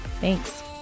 Thanks